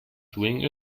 doing